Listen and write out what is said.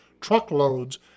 truckloads